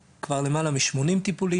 אלא אם כן אתה מוסיפים רובריקה נפרדת,